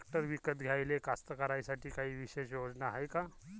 Tractor विकत घ्याले कास्तकाराइसाठी कायी विशेष योजना हाय का?